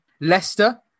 Leicester